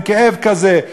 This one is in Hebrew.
עם כאב כזה,